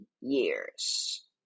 years